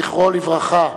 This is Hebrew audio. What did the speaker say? זכרו לברכה.